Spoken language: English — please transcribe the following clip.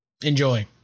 Enjoy